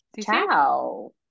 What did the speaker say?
Ciao